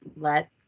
let